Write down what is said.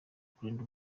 kurinda